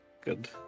Good